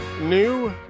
New